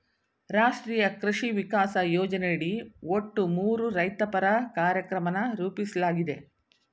ರಾಷ್ಟ್ರೀಯ ಕೃಷಿ ವಿಕಾಸ ಯೋಜನೆಯಡಿ ಒಟ್ಟು ಮೂರು ರೈತಪರ ಕಾರ್ಯಕ್ರಮನ ರೂಪಿಸ್ಲಾಗಿದೆ